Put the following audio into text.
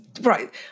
right